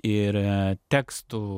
ir tekstų